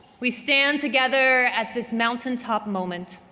we stand together at this mountaintop moment.